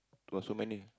!wah! so many